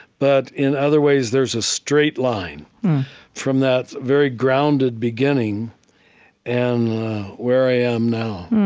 but in other ways, there's a straight line from that very grounded beginning and where i am now